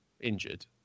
injured